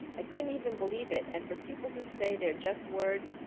i couldn't even believe it. and for people who say they're just words,